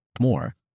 more